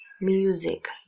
music